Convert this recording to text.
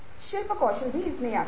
शिल्प कौशल भी आता है